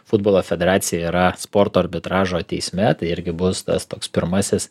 futbolo federacija yra sporto arbitražo teisme tai irgi bus tas toks pirmasis